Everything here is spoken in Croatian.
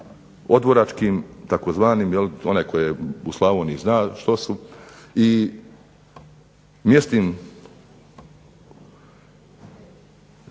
odvoračkim tzv., onaj tko je u Slavoniji zna što su i mjesnim